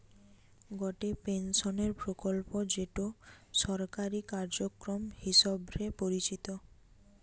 গটে পেনশনের প্রকল্প যেটো সরকারি কার্যক্রম হিসবরে পরিচিত